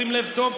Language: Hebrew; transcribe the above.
שים לב טוב,